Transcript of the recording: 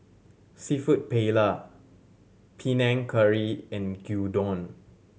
Seafood Paella Panang Curry and Gyudon